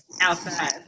outside